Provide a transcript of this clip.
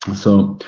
so,